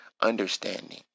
understanding